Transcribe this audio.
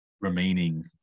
remaining